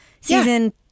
Season